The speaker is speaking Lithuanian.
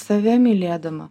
save mylėdama